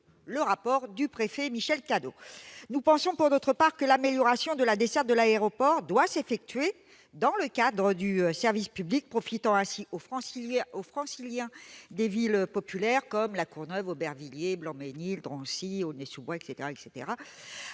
B à court terme. Nous pensons, pour notre part, que l'amélioration de la desserte de l'aéroport doit s'effectuer dans le cadre du service public et profiter ainsi aux Franciliens des villes populaires, comme La Courneuve, Aubervilliers, Le Blanc-Mesnil, Drancy, Aulnay-sous-Bois, etc.